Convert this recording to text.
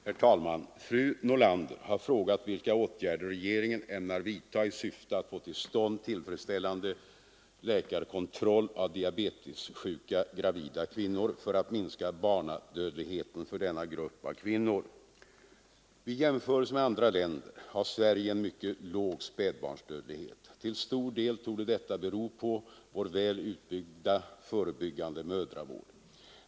Herr talman! Fru Nordlander har frågat vilka åtgärder regeringen ämnar vidta i syfte att få till stånd tillfredsställande läkarkontroll av diabetessjuka gravida kvinnor för att minska barnadödligheten för denna grupp av kvinnor. Vid jämförelse med andra länder har Sverige en mycket låg spädbarnsdödlighet. Till stor del torde detta bero på vår väl utbyggda förebyggande mödravård.